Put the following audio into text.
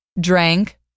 drank